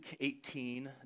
18